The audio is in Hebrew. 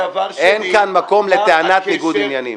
אין כאן מקום לטענת ניגוד עניינים,